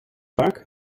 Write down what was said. vaak